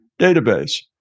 database